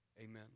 Amen